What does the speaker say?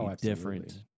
different